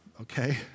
Okay